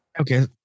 Okay